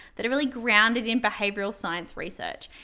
that are really grounded in behavioral science research.